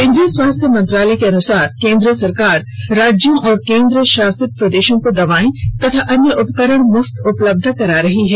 केन्द्रीय स्वास्थ्य मंत्रालय के अनुसार केन्द्र सरकार राज्यों और केन्द्रशासित प्रदेशों को दवाएं तथा अन्य उपकरण मुफ्त उपलब्ध करा रही है